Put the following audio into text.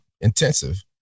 intensive